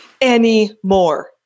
anymore